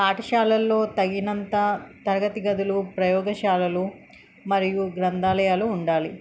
పాఠశాలల్లో తగినంత తరగతి గదులు ప్రయోగశాలలు మరియు గ్రంథాలయాలు ఉండాలి